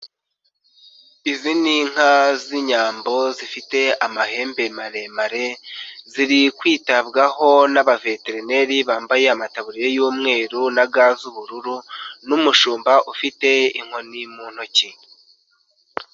Izi ni inka z'inyambo zifite amahembe maremare, ziri kwitabwaho n'aba veterineri bambaye amataburiya y'umweru na gaz'ubururu n'umushumba ufite inkoni mu ntoki.